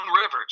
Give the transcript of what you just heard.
Rivers